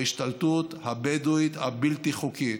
בהשתלטות הבדואית הבלתי-חוקית.